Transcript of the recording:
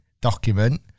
document